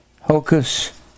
hocus